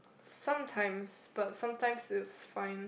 sometimes but sometimes it's fine